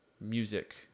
music